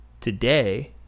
today